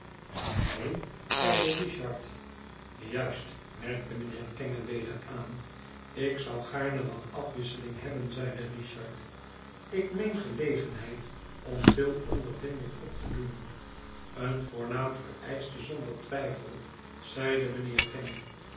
zeide richard juist merkte mijnheer kenge weder aan ik zou gaarne wat afwisseling hebben zeide richard ik meen gelegenheid om veel ondervinding op te doen een voornaam vereischte zonder twijfel zeide mijnheer kenge